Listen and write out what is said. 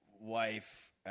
wife